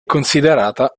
considerata